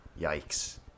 Yikes